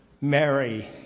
Mary